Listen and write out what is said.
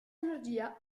energia